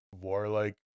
warlike